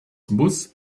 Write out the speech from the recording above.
muss